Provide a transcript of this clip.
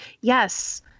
Yes